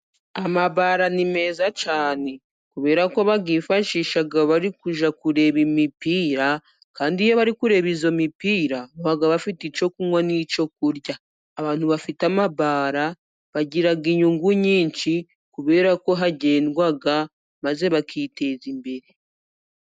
Bare ni nziza cyane kubera ko bazifashisha bari kujya kureba imipira, kandi iyo bari kureba iyo mipira, baba bafite icyo kunywa n'icyo kurya. Abantu bafite bare bagira inyungu nyinshi, kubera ko hagendwa maze bakiteza imbere.